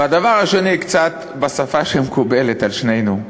והדבר השני, קצת בשפה שמקובלת על שנינו,